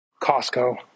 Costco